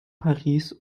paris